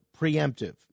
preemptive